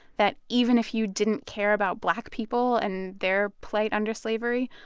that even if you didn't care about black people and their plight under slavery,